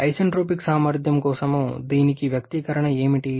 isentropic సామర్థ్యం కోసం దీనికి వ్యక్తీకరణ ఏమిటి